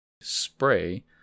spray